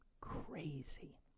crazy